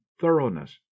thoroughness